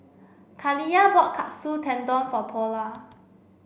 Kaliyah bought Katsu Tendon for Paula